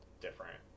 different